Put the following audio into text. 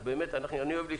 60%,